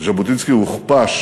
ז'בוטינסקי הוכפש